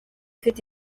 ifite